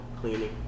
cleaning